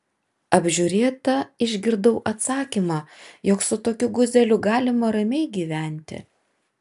apžiūrėta išgirdau atsakymą jog su tokiu guzeliu galima ramiai gyventi